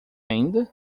ainda